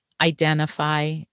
identify